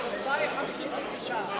59,